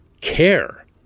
care